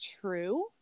true